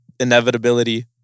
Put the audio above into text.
inevitability